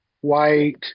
white